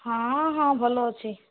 ହଁ ହଁ ଭଲ ଅଛି